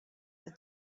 the